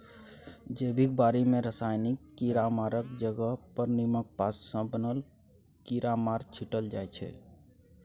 जैबिक बारी मे रासायनिक कीरामारक जगह पर नीमक पात सँ बनल कीरामार छीटल जाइ छै